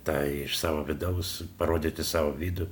tą iš savo vidaus parodyti savo vidų